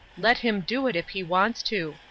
let him do it if he wants to,